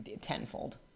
tenfold